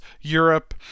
Europe